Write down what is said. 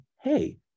hey